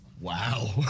Wow